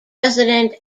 president